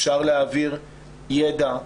אפשר להעביר ידע,